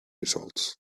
results